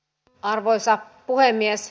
arvoisa puhemies